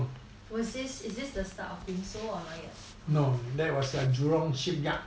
was this is this the start of or not yet